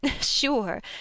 Sure